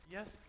Yes